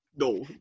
No